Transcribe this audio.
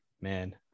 man